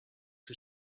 who